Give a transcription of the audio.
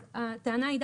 אז הטענה היא,